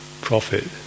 profit